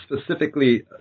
specifically